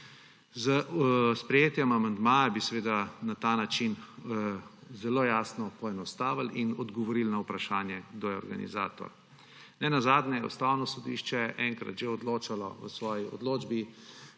S sprejetjem amandmaja bi na ta način zelo jasno poenostavili in odgovorili na vprašanje, kdo je organizator. Ne nazadnje je Ustavno sodišče enkrat že odločalo v svoji odločbi,